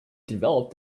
developed